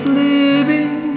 living